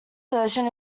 version